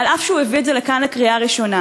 אף שהוא הביא את זה לכאן לקריאה ראשונה.